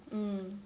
mm